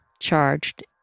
charged